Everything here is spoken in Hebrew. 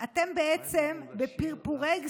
אתם בעצם בפרפורי גסיסה,